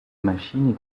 machines